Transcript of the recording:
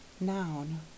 noun